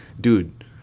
Dude